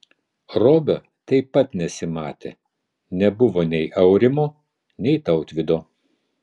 robio taip pat nesimatė nebuvo nei aurimo nei tautvydo